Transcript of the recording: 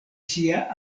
sia